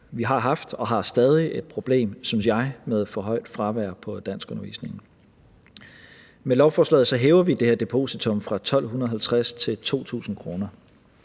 vi har haft og har stadig et problem, synes jeg, med for højt fravær på danskundervisningen. Med lovforslaget hæver vi det her depositum fra 1.250 kr. til 2.000 kr.